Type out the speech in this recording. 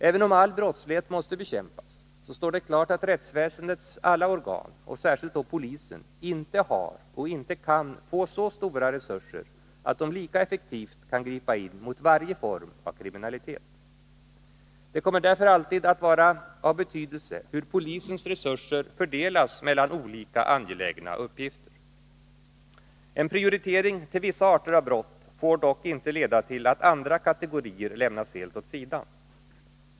Även om all brottslighet måste bekämpas, står det klart att rättsväsendets alla organ, och särskilt då polisen, inte har och inte kan få så stora resurser att de lika effektivt kan gripa in mot varje form av kriminalitet. Det kommer därför alltid att vara av betydelse hur polisens resurser fördelas mellan olika angelägna uppgifter. En prioritering till vissa arter av brott får dock inte leda till att andra kategorier lämnas helt åt sidan.